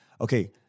Okay